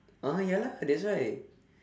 ah ya lah that's why